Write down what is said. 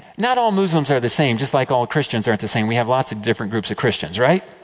not all muslims are the same, just like all christians are not the same. we have lots of different groups of christians, right?